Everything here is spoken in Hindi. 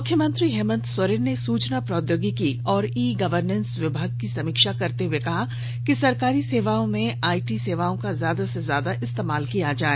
मुख्यमंत्री हेमन्त सोरेन ने सूचना प्रौद्योगिकी और ई गवर्नेस विभाग की समीक्षा करते हुए कहा कि सरकारी सेवाओं में आईटी सेवाओं का ज्यादा से ज्यादा इस्तेमाल किया जाए